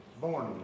born